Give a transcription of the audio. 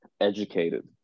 educated